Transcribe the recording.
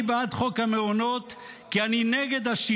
אני בעד חוק המעונות כי אינני חושב